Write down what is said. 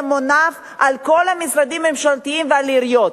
מונף על כל המשרדים הממשלתיים ועל העיריות.